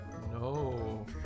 No